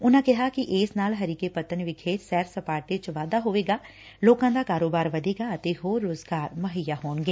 ਉਨਾਂ ਕਿਹਾ ਕਿ ਇਸ ਨਾਲ ਹਰੀਕੇ ਪੱਤਣ ਵਿਖੇ ਸੈਰ ਸਪਾਟੇ ਵਿੱਚ ਵਾਧਾ ਹੋਵੇਗਾ ਲੋਕਾਂ ਦਾ ਕਾਰੋਬਾਰ ਵਧੇਗਾ ਅਤੇ ਹੋਰ ਰਜ਼ਗਾਰ ਮਹੱਈਆ ਹੋਵੇਗਾ